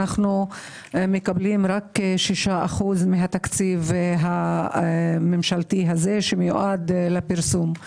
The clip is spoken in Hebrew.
אנו מקבלים רק 6% מהתקציב הממשלתי הזה שמיועד לפרסום.